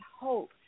hope